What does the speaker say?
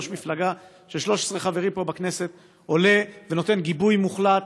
ראש מפלגה של 13 חברים פה בכנסת עולה ונותן גיבוי מוחלט,